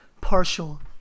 partial